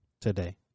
Today